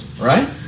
right